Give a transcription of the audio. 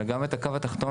אלא גם את הקו התחתון,